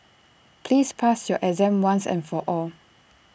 please pass your exam once and for all